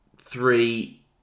Three